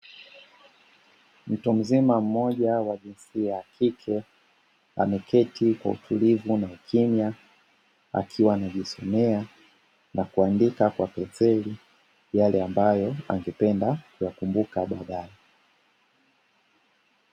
Mtu mzima mmoja wa jinsia ya kike ameketi Kwa utulivu akiwa anajisomea na kuandika kwa penseli yale ambayo angependa kuyakumbuka baadae.